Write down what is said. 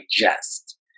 digest